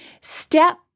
Step